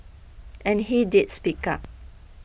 and he did speak up